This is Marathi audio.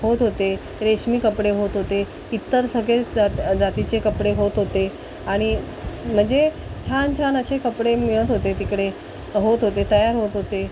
होत होते रेशमी कपडे होत होते इतर सगळे जात जातीचे कपडे होत होते आणि म्हणजे छान छान असे कपडे मिळत होते तिकडे होत होते तयार होत होते